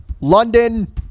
London